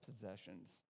possessions